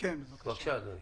בבקשה, אדוני.